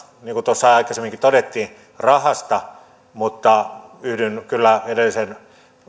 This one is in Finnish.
niin kuin tuossa aikaisemminkin todettiin rahasta mutta yhdyn kyllä edellisen